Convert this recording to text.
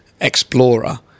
explorer